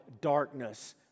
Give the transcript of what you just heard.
darkness